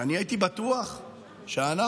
שאני הייתי בטוח שאנחנו,